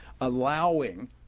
allowing